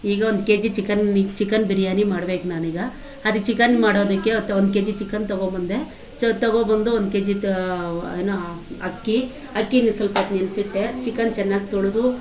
ಈಗ ಒಂದು KG chicken chicken biryani ಮಾಡ್ಬೇಕು ನಾನೀಗ ಅದಕ್ಕೆ ಚಿಕನ್ ಮಾಡೋದಕ್ಕೆ ಅಂತ ಒಂದು ಕೆಜಿ ಚಿಕನ್ ತೊಗೊಂಬಂದೆ ತೊಗೊಂಬಂದು ಒಂದು ಕೆಜಿ ತ ಏನು ಅಕ್ಕಿ ಅಕ್ಕಿನ ಸ್ವಲ್ಪೊತ್ತು ನೆನೆಸಿಟ್ಟೆ ಚಿಕನ್ ಚೆನ್ನಾಗಿ ತೊಳೆದು